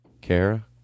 Kara